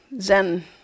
Zen